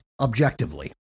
objectively